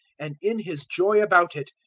and, in his joy about it,